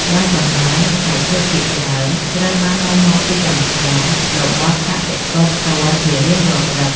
ដោយបន្លែ និងផ្លែឈើ ភាគច្រើនត្រូវបាននាំមកពីចម្ការរបស់កសិករផ្ទាល់ជារៀងរាល់ព្រឹក។